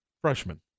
Freshman